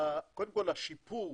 קודם כול השיפור